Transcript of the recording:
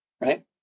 right